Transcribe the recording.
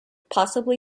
possibly